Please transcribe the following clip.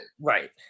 Right